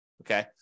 Okay